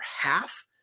half